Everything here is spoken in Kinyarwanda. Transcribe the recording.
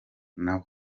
nawe